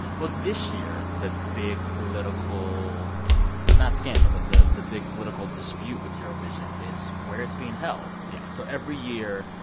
well, this year, the big political not scandal but the the big political dispute with eurovision is where it's being held yeah so every year,